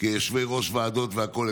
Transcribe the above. כיושבי-ראש ועדת והכול,